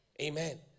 Amen